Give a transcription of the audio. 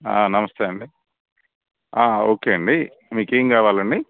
నమస్తే అండి ఓకే అండి మీకు ఏం కావాలండి